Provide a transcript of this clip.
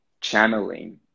channeling